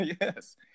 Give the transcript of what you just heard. yes